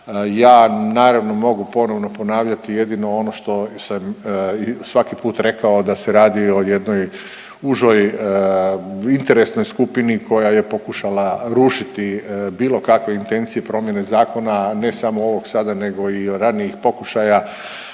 Ja naravno mogu ponovno ponavljati jedino ono što sam svaki put rekao da se radi o jednoj užoj interesnoj skupini koja je pokušala rušiti bilo kakve intencije promjene zakona, ne samo ovog sada nego i ranijih pokušaja